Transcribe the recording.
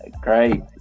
great